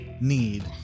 need